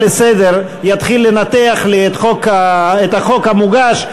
לסדר יתחיל לנתח לי את החוק המוגש,